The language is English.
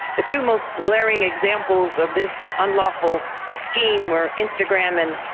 the two most glaring examples of this unlawful scheme where instagram and.